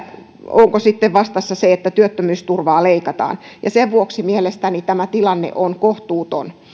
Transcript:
onko sitten vastassa se että työttömyysturvaa leikataan sen vuoksi mielestäni tämä tilanne on kohtuuton